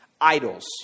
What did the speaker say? idols